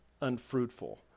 unfruitful